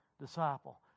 disciple